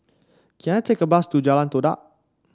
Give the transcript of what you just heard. can I take a bus to Jalan Todak